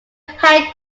head